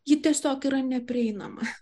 ji tiesiog yra neprieinama